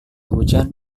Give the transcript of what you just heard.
hujan